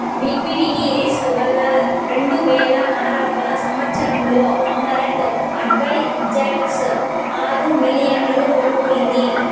liquidity risk వల్ల రెండువేల ఆరవ సంవచ్చరంలో అమరత్ అడ్వైజర్స్ ఆరు మిలియన్లను కోల్పోయింది